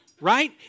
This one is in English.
Right